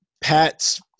Pat's